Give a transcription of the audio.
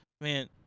Man